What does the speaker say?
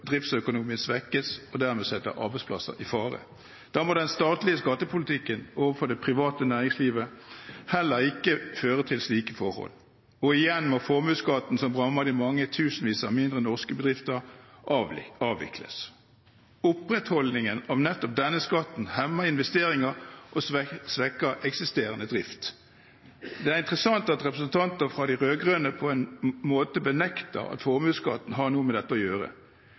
driftsøkonomien svekkes og dermed setter arbeidsplasser i fare. Da må den statlige skattepolitikken overfor det private næringslivet heller ikke føre til slike forhold. Og igjen må formuesskatten, som rammer de mange tusenvis av mindre norske bedrifter, avvikles. Opprettholdelse av nettopp denne skatten hemmer investeringer og svekker eksisterende drift. Det er interessant at representanter fra de rød-grønne på en måte benekter at formuesskatten har noe med dette å gjøre.